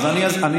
אז אני אסביר,